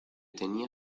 tenía